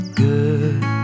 good